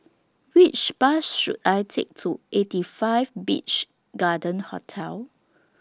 Which Bus should I Take to eighty five Beach Garden Hotel